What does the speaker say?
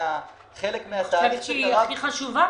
--- אני חושבת שהיא הכי חשובה,